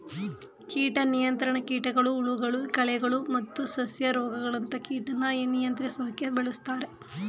ಕೀಟ ನಿಯಂತ್ರಣ ಕೀಟಗಳು ಹುಳಗಳು ಕಳೆಗಳು ಮತ್ತು ಸಸ್ಯ ರೋಗಗಳಂತ ಕೀಟನ ನಿಯಂತ್ರಿಸೋಕೆ ಬಳುಸ್ತಾರೆ